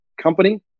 company